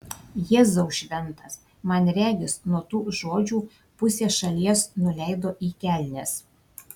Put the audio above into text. jėzau šventas man regis nuo tų žodžių pusė šalies nuleido į kelnes